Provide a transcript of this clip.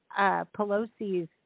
Pelosi's